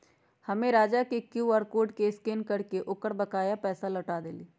हम्मे राजा के क्यू आर कोड के स्कैन करके ओकर बकाया पैसा लौटा देली